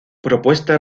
propuesta